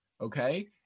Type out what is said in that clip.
okay